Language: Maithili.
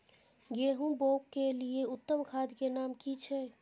गेहूं बोअ के लिये उत्तम खाद के नाम की छै?